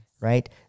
Right